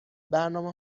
برنامه